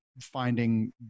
finding